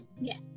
yes